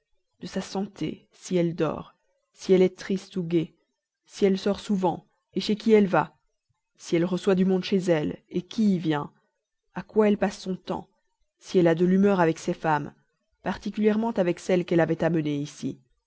de sa santé si elle dort si elle est triste ou gaie si elle sort souvent chez qui elle va si elle reçoit du monde chez elle qui y vient à quoi elle passe son temps si elle a de l'humeur avec ses femmes particulièrement avec celle qu'elle avait amenée ici